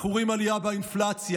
אנחנו רואים עלייה באינפלציה.